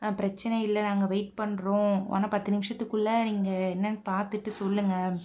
பிரச்சனை இல்லை நாங்கள் வெயிட் பண்ணுறோம் ஆனால் பத்து நிமிடத்துக்குள்ள நீங்கள் என்னன்னு பார்த்துட்டு சொல்லுங்கள்